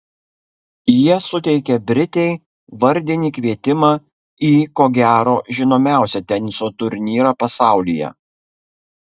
jie suteikė britei vardinį kvietimą į ko gero žinomiausią teniso turnyrą pasaulyje